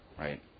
right